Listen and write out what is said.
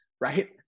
right